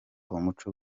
umuco